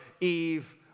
Eve